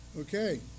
Okay